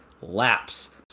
laps